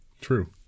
True